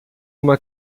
uma